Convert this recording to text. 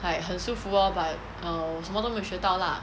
like 很舒服 lor but err 我什么都没有学到 lah